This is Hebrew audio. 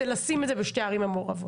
זה לשים את זה בשתי הערים המעורבות,